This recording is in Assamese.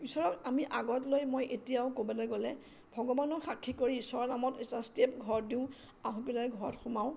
ঈশ্বৰত আমি আগত লৈ মই এতিয়াও ক'ৰবালে গ'লে ভগৱানক সাক্ষী কৰি ঈশ্বৰৰ নামত এটা ষ্টেপ ঘৰত দিওঁ আহি পেলাই ঘৰত সোমাওঁ